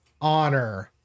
honor